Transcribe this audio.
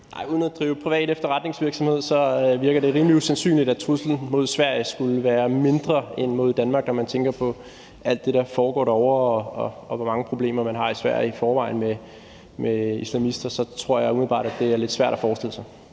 Uden at drive privat efterretningsvirksomhed vil jeg sige, at det virker rimelig usandsynligt, at truslen mod Sverige skulle være mindre end mod Danmark, når man tænker på alt det, der foregår derovre, og på, hvor mange problemer man i forvejen har med islamister i Sverige. Så jeg tror umiddelbart, det er lidt svært at forestille sig.